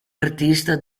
artista